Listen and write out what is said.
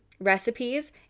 recipes